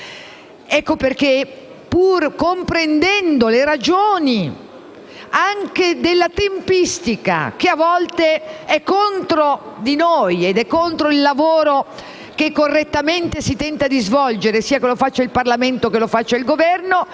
Per questo, pur comprendendo le ragioni anche della tempistica, che a volte è contro di noi e contro il lavoro che correttamente si tenta di svolgere (che lo faccia il Parlamento o l'Esecutivo), il Governo